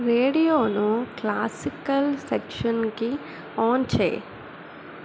రేడియోను classical సెక్షన్కి on చేయి